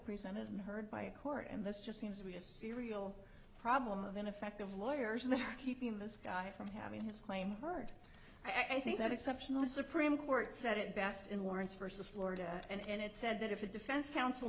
presented and heard by a court and this just seems to be a serial problem of ineffective lawyers and the market being this guy from having his claim heard i think that exceptional supreme court said it best in lawrence versus florida and it said that if a defense counsel